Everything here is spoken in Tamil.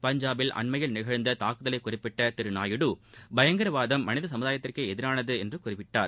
பஞ்சாப்பில் அண்மையில் நிகழ்ந்த தாக்குதலை குறிப்பிட்ட திரு நாயுடு பயங்கரவாதம் மனித சமூதாயத்திற்கே எதிரானது என்று தெரிவித்தார்